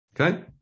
Okay